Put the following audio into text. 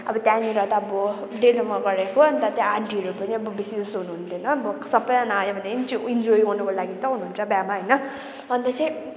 अब त्यहाँनिर त अब डेलोमा गरेको अन्त त्यहाँ आन्टीहरू पनि अब बेसी जस्तो हुनुहुँदैन अब सबैजना आयो भने पनि इन्जोय गर्नुको लागि त आउनुहुन्छ बिहामा होइन अन्त चाहिँ